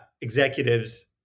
executives